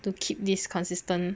to keep this consistent